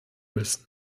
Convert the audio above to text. müssen